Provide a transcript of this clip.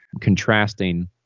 contrasting